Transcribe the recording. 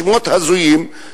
שמות הזויים,